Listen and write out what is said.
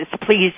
please